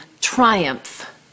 triumph